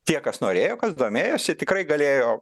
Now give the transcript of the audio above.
tie kas norėjo kas domėjosi tikrai galėjo